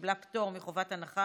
היא קיבלה פטור מחובת הנחה,